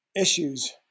issues